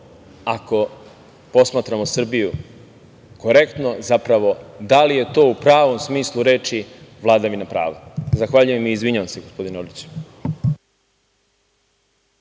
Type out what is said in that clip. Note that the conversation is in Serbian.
ako posmatramo Srbiju korektno, zapravo da li je to u pravom smislu reči vladavina prava? Zahvaljujem i izvinjavam se gospodine Orliću.